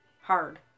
hard